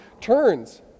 turns